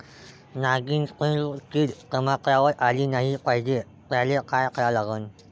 नागिन किड टमाट्यावर आली नाही पाहिजे त्याले काय करा लागन?